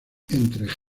entre